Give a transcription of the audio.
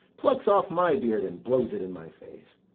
plucks off my beard and blows it in my face?